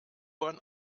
bahn